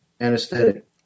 anesthetic